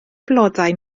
blodau